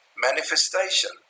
manifestation